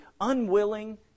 unwilling